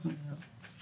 אנחנו נמסור.